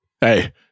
hey